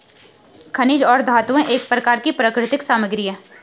खनिज और धातुएं एक प्रकार की प्राकृतिक सामग्री हैं